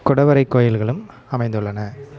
குடைவரை கோயில்களும் அமைந்துள்ளன